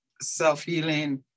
self-healing